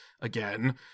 again